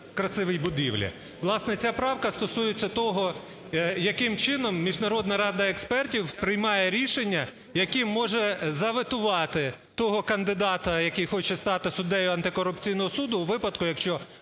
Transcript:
Власне, ця правка стосується того, яким чином Міжнародна рада експертів приймає рішення, яким може заветувати того кандидата, який хоче стати суддею антикорупційного суду у випадку, якщо